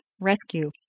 rescue